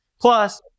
Plus